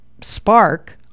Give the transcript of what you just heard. spark